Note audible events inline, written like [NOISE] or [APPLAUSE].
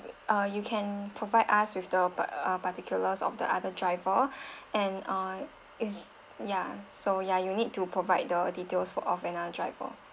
uh you can provide us with the par~ uh particulars of the other driver [BREATH] and uh is yeah so yeah you need to provide the details for of another driver